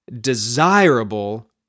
desirable